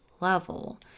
level